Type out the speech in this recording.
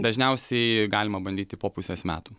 dažniausiai galima bandyti po pusės metų